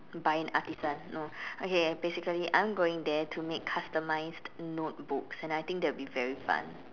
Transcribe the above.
Bynd-Artisan no okay basically I'm going there to make customized notebooks and I think that'll be very fun